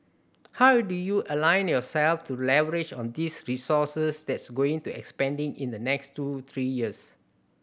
how do you align yourselves to leverage on this resources that's going to expanding in the next two three years